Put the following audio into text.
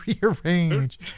rearrange